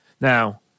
Now